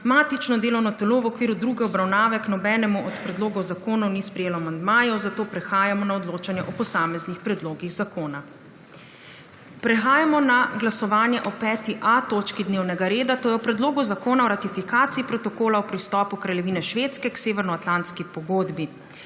Matično delovno telo v okviru druge obravnave k nobenemu od predlogov zakonov ni sprejelo amandmajev, zato prehajamo na odločanje o posameznih predlogih zakona. Prehajamo na glasovanje o 5.A točki dnevnega reda, to je Predlogu zakona o ratifikaciji Protokola o pristopu 84. TRAK: (IP) – 16.25 (nadaljevanje) Kraljevine Švedske k Severnoatlantski pogodbi.